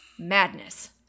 madness